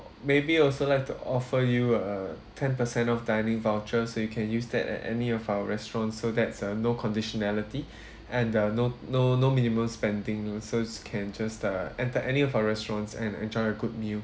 maybe also like to offer you a ten percent off dining voucher so you can use that at any of our restaurants so that's uh no conditionality and uh no no no minimum spending no so you can just uh enter any of our restaurants and enjoy a good meal